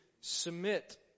submit